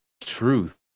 truth